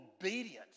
obedience